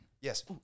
Yes